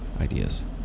ideas